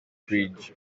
brig